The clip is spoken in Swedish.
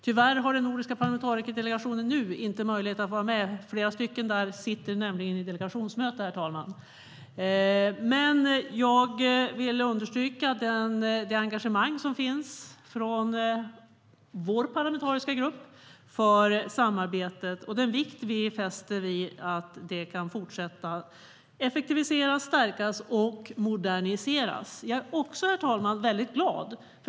Tyvärr har den nuvarande nordiska parlamentarikerdelegationen inte möjlighet att vara med. Flera av dem sitter nämligen i delegationsmöte. Men jag vill understryka vår parlamentariska grupps engagemang för samarbetet och den vikt som vi fäster vid att det kan fortsätta, effektiviseras, stärkas och moderniseras. Jag är också glad.